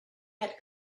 had